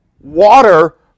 water